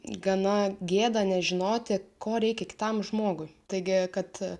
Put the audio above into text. gana gėda nežinoti ko reikia kitam žmogui taigi kad